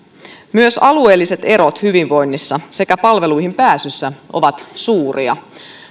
myös alueelliset erot hyvinvoinnissa ja palveluihin pääsyssä ovat suuria